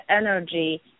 energy